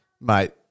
mate